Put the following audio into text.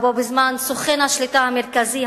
ובו בזמן סוכן השליטה המרכזי,